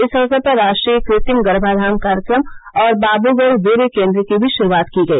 इस अवसर पर राष्ट्रीय कृत्रिम गर्माधान कार्यक्रम और बाब्रगढ़ वीर्य केन्द्र की भी शुरूआत की गई